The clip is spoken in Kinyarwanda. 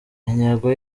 intego